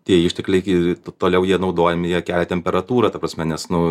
tie ištekliai ir toliau jie naudojami jie kelia temperatūrą ta prasme nes nu